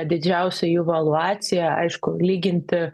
didžiausia jų valuacija aišku lyginti